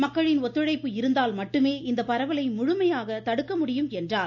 மக்களின் ஒத்துழைப்பு இருந்தால் மட்டுமே இந்த பரவலை முழுமையாக தடுக்க முடியம் என்றும் கூறினார்